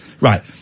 Right